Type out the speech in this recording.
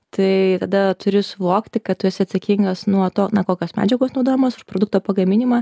tai tada turi suvokti kad tu esi atsakingas nuo to kokios medžiagos naudojamos už produkto pagaminimą